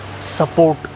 Support